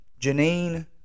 Janine